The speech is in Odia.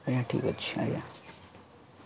ଆଜ୍ଞା ଠିକ୍ ଅଛି ଆଜ୍ଞା